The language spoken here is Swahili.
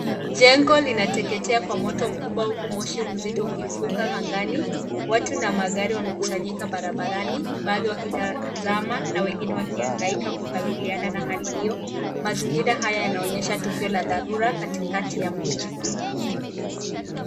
Jengo linateketea kwa moto mkubwa huku moshi mzito ukifuka angani. Watu na magari wamekusanyika barabarani, baadhi wakitazama na wengine wakihangaika kukabiliana na hali hiyo. Mazingira haya yanaonyesha tukio la dharura katikati ya mji.